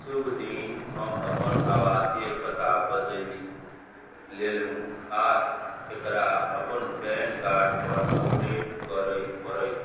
शुभ दिन हम अपन आवासीय पता बदलि लेलहुँ आओर एकरा पैन कार्डपर अपडेट करै पड़त